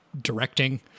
directing